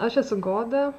aš esu goda